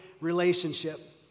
relationship